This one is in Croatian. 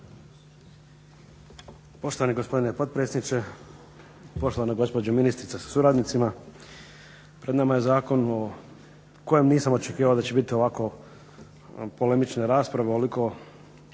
Poštovani gospodine potpredsjedniče, poštovana gospođo ministrice sa suradnicima. Pred nama je zakon o kojem nisam očekivao da će biti ovako polemične rasprave, ovoliko